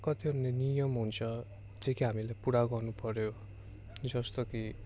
कतिवटा नियम हुन्छ जो कि हामीले पुरा गर्नुपर्यो जस्तो कि